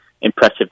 impressive